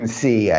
see